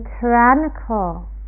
tyrannical